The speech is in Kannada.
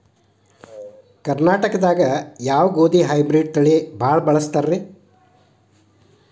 ಕರ್ನಾಟಕದಾಗ ಯಾವ ಗೋಧಿ ಹೈಬ್ರಿಡ್ ತಳಿ ಭಾಳ ಬಳಸ್ತಾರ ರೇ?